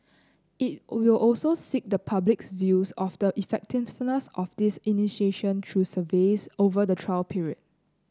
it will also seek the public's views of the effectiveness of this initiative through surveys over the trial period